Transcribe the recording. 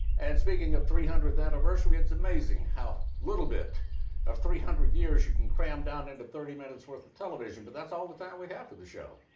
and speaking of three hundredth anniversary, it's amazing how little bit of three hundred years you can cram down into thirty minutes' worth of television, but that's all the time we have for the show.